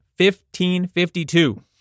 1552